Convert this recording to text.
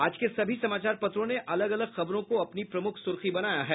आज के सभी समाचार पत्रों ने अलग अलग खबरों को अपनी प्रमुख सुर्खी बनाया है